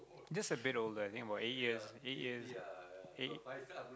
that's a bit old lah I think about eight years eight years eight